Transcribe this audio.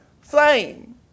flame